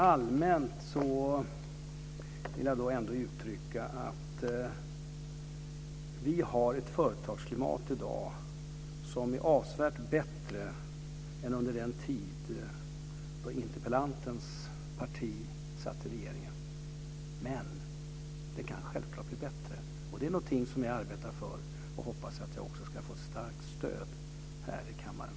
Allmänt vill jag ändå uttrycka att vi har ett företagsklimat i dag som är avsevärt bättre än vad det var under den tid då interpellantens parti satt i regeringen. Men det kan självklart bli bättre, och det är någonting som jag arbetar för och som jag hoppas att jag också ska få ett starkt stöd för här i kammaren.